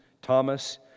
Thomas